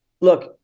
Look